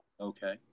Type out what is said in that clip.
Okay